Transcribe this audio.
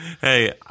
Hey